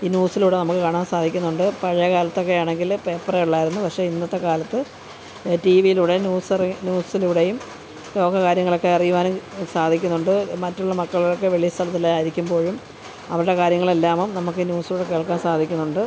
ഈ ന്യൂസിലൂടെ നമുക്ക് കാണാൻ സാധിക്കുന്നുണ്ട് പഴയ കാലത്തൊക്കെയാണെങ്കിൽ പേപ്പറുകളിലായിരുന്നു പക്ഷേ ഇന്നത്തെ കാലത്ത് ടി വീലൂടെ ന്യൂസിലൂടെയും ലോക കാര്യങ്ങളൊക്കെ അറിയുവാനും സാധിക്കുന്നുണ്ട് മറ്റുള്ള മക്കളൊക്കെ വെളി സ്ഥലത്തിലായിരിക്കുമ്പോഴും അവരുടെ കാര്യങ്ങളെല്ലാമും നമുക്ക് ന്യൂസിലൂടെ കേൾക്കാൻ സാധിക്കുന്നുണ്ട്